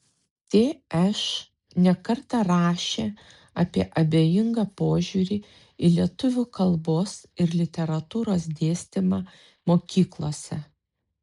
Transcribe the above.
tš ne kartą rašė apie abejingą požiūrį į lietuvių kalbos ir literatūros dėstymą mokyklose